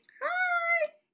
Hi